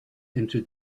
into